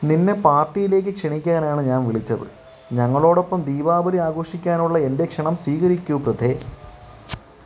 നിന്നെ പാർട്ടിയിലേക്ക് ക്ഷണിക്കാനാണ് ഞാൻ വിളിച്ചത് ഞങ്ങളോടൊപ്പം ദീപാവലി ആഘോഷിക്കാനുള്ള എന്റെ ക്ഷണം സ്വീകരിക്കൂ പ്രഥേ